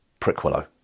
Prickwillow